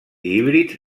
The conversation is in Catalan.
híbrids